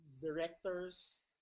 directors